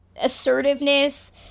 assertiveness